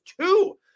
two